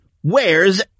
Where's